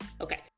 Okay